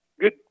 good